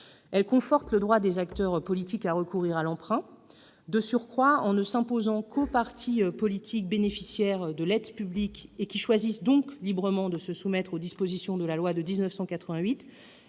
Elle conforte le droit des acteurs politiques à recourir à l'emprunt. De surcroît, en ne s'imposant qu'aux partis politiques bénéficiaires de l'aide publique et qui choisissent donc librement de se soumettre aux dispositions de la loi de 1988,